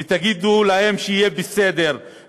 ותגידו להם שיהיה בסדר.